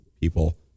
people